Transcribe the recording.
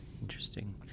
Interesting